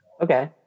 Okay